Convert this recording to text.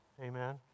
Amen